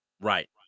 Right